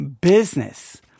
business